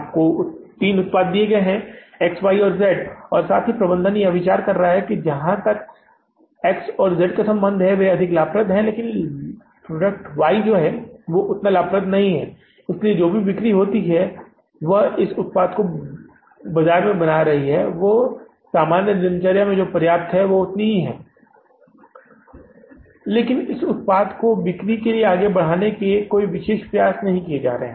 आपको उत्पाद दिया जाता है तीन उत्पाद हमें दिए जाते हैं X Y और Z सही और प्रबंधन का विचार है कि जहाँ तक X और Z का संबंध है वे अधिक लाभदायक हैं लेकिन Y उतना लाभदायक नहीं है इसलिए जो भी बिक्री होती है वह इस उत्पाद को बाजार में बना रही है सामान्य दिनचर्या में जो पर्याप्त है लेकिन इस उत्पाद की बिक्री को आगे बढ़ाने के लिए कोई विशेष प्रयास नहीं किए जा रहे हैं